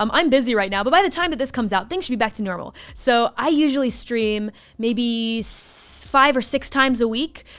um i'm busy right now. but by the time that this comes out, things should be back to normal. so i usually stream maybe so five or six times a week.